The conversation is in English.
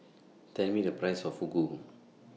Tell Me The Price of Fugu